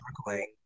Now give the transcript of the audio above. struggling